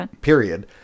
period